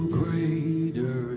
greater